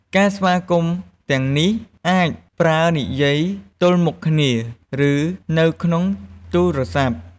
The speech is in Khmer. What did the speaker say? ការស្វាគមន៍ទាំងនេះអាចប្រើនិយាយទល់មុខគ្នា ឬនៅក្នុងទូរសព្ទ។